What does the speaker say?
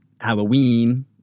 Halloween